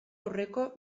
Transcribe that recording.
aurreko